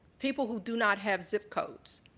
people who do not have zip codes.